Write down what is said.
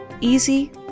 Easy